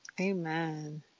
amen